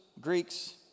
Greeks